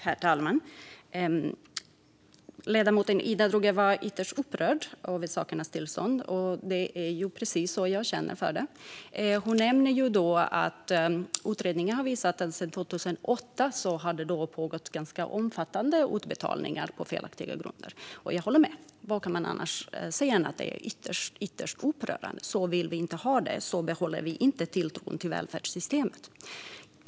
Herr talman! Ledamoten Ida Drougge var ytterst upprörd över sakernas tillstånd. Det är precis så jag känner det. Hon nämner att utredningar har visat att det sedan 2008 har skett utbetalningar på felaktiga grunder i ganska omfattande utsträckning. Vad kan man säga annat än att det är ytterst upprörande? Jag håller med. Så vill vi inte ha det. Så behåller vi inte tilltron till välfärdssystemet.